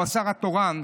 הוא השר התורן,